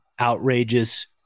outrageous